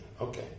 Okay